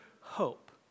hope